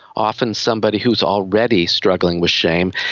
often somebody who is already struggling with shame,